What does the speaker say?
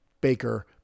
Baker